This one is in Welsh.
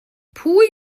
pwy